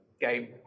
game